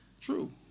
True